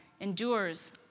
endures